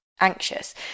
anxious